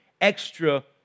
extra